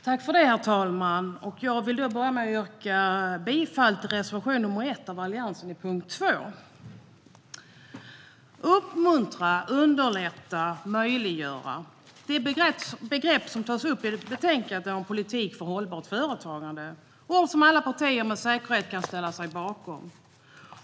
Herr talman! Jag vill börja med att yrka bifall till reservation nr 1 av Alliansen under punkt 2. Uppmuntra, underlätta och möjliggöra - det är begrepp som tas upp i betänkandet om politik för hållbart företagande. Detta är ord som alla partier med säkerhet kan ställa sig bakom.